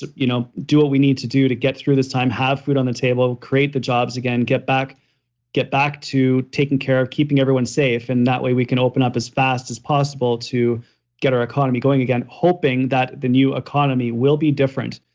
you know do what we need to do to get through this time, have food on the table, create the jobs again, get back get back to taking care of keeping everyone safe and that way we can open up as fast as possible to get our economy going again, hoping that the new economy will be different,